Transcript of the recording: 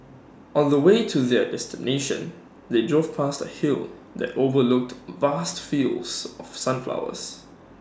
on the way to their destination they drove past A hill that overlooked vast fields of sunflowers